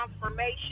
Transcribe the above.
confirmation